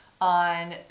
on